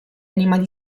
animali